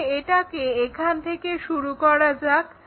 তাহলে এটাকে এখান থেকে শুরু করা যাক